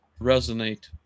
resonate